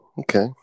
Okay